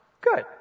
good